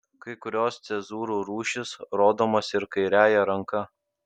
kai kurios cezūrų rūšys rodomos ir kairiąja ranka